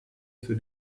für